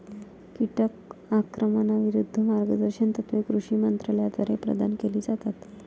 कीटक आक्रमणाविरूद्ध मार्गदर्शक तत्त्वे कृषी मंत्रालयाद्वारे प्रदान केली जातात